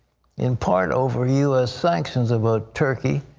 in part over u s. sanctions about turkey,